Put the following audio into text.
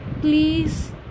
Please